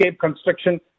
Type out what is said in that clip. construction